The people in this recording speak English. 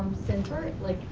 since we're, like,